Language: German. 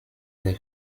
der